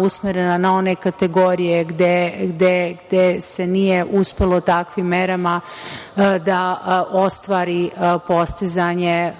usmerena na one kategorije gde se nije uspelo takvim merama da ostvari postizanje